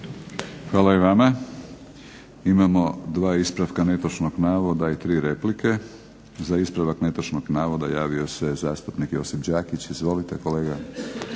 Hvala i vama. Imamo dva ispravka netočnog navoda i tri replike. Za ispravak netočnog navoda javio se zastupnik Josip Đakić. Izvolite kolega.